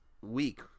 week